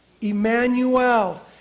Emmanuel